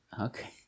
Okay